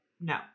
no